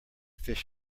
fish